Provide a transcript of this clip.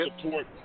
support